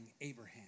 Abraham